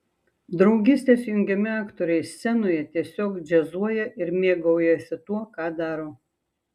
draugystės jungiami aktoriai scenoje tiesiog džiazuoja ir mėgaujasi tuo ką daro